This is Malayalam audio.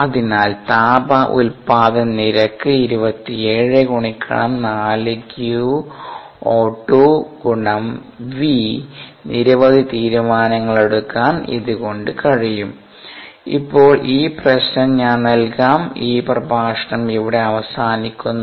അതിനാൽ താപ ഉൽപാദന നിരക്ക് 27 നിരവധി തീരുമാനങ്ങളെടുക്കാൻ ഇത്കൊണ്ട് കഴിയും ഇപ്പോൾ ഈ പ്രശ്നം ഞാൻ നൽകാം ഈ പ്രഭാഷണം ഇവിടെ അവസാനിക്കുന്നു